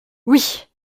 oui